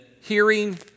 hearing